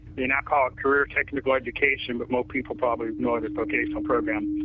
they're now called career technical education but most people probably know it as vocational program.